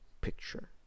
picture